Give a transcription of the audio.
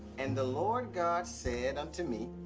and the lord god said unto me.